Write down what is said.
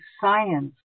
science